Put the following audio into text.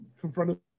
confronted